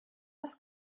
als